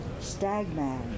Stagman